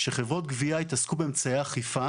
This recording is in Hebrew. שחברות הגבייה יתעסקו באמצעי אכיפה